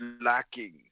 lacking